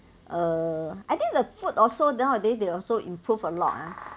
uh I think the food also nowadays they also improve a lot ah